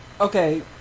Okay